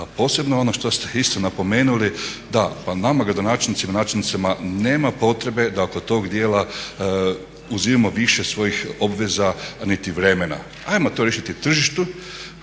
posebno ono što ste isto napomenuli. Da, pa nama gradonačelnicima, načelnicima nema potrebe da oko tog dijela uzimamo više svojih obveza niti vremena. Hajmo to riješiti tržištu,